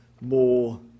more